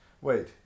Wait